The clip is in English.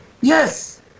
Yes